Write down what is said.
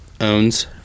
owns